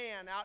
out